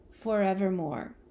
forevermore